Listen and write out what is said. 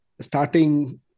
starting